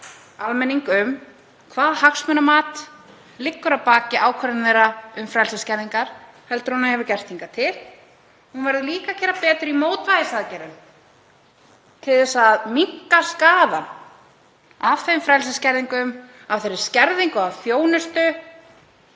almenning um hvaða hagsmunamat liggur að baki ákvörðunum þeirra um frelsisskerðingar en hún hefur gert hingað til. Hún verður líka að gera betur í mótvægisaðgerðum til að minnka skaðann af þeim frelsisskerðingum, af þeirri skerðingu á þjónustu